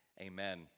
Amen